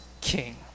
king